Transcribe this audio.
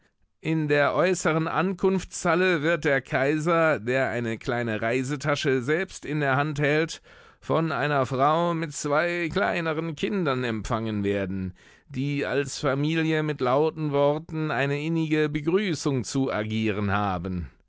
in der äußeren ankunftshalle wird der kaiser der eine kleine reisetasche selbst in der hand hält von einer frau mit zwei kleineren kindern empfangen werden die als familie mit lauten worten eine innige begrüßung zu agieren haben